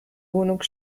wohnung